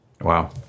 Wow